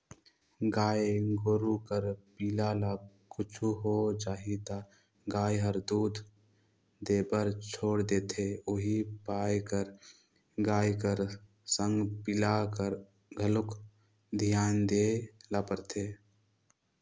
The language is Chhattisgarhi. गाय गोरु कर पिला ल कुछु हो जाही त गाय हर दूद देबर छोड़ा देथे उहीं पाय कर गाय कर संग पिला कर घलोक धियान देय ल परथे